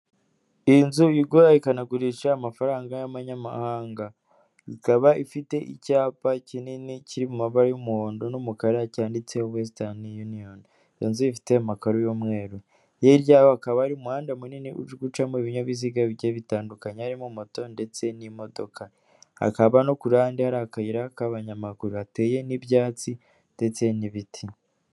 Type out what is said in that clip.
Iyi nzu igura ikanagurisha amafaranga y'abanyamahanga. Ikaba ifite icyapa kinini kiri mu mabara y'umuhondo n'umukara, cyanditseho wesitani yuniyoni. Iyo nzu ifite amakaro y'umweru. Hirya yayo hakaba hari umuhanda munini uri gucamo ibinyabiziga bigiye bitandukanye, harimo moto ndetse n'imodoka. Hakaba no ku ruhande hari akayira k'abanyamaguru. Hateye n'ibyatsi ndetse n'ibiti.